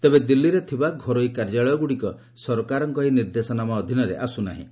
ତେବେ ଦିଲ୍ଲୀରେ ଥିବା ଘରୋଇ କାର୍ଯ୍ୟାଳୟଗୁଡ଼ିକ ସରକାରଙ୍କ ଏହି ନିର୍ଦ୍ଦେଶନାମା ଅଧୀନରେ ଆସୁନାହିଁ